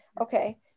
okay